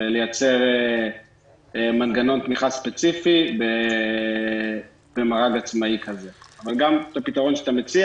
לייצר מנגנון תמיכה ספציפי במר"ג עצמאי כזה אבל גם הפתרון שאתה מציע